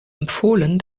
empfohlen